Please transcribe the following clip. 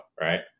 right